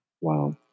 wow